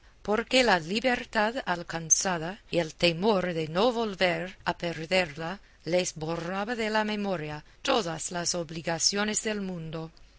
porque la libertad alcanzada y el temor de no volver a perderla les borraba de la memoria todas las obligaciones del mundo